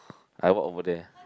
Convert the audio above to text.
I walk over there